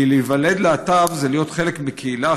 כי להיוולד להט"ב זה להיות חלק מקהילה,